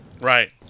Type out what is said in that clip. Right